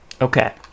Okay